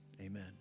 Amen